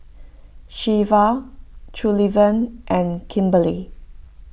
Shelva Sullivan and Kimberly